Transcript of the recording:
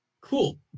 cool